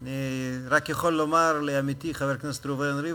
אני רק יכול לומר לעמיתי חבר הכנסת ראובן ריבלין,